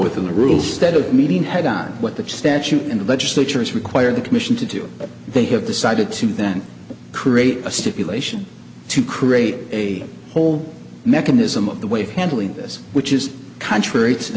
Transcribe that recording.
within the rule stead of meeting head on what the statute and the legislature is required the commission to do they have decided to then create a stipulation to create a whole mechanism of the way of handling this which is contrary to